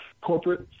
corporate